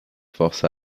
forces